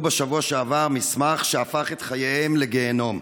בשבוע שעבר מסמך שהפך את חייהם לגיהינום.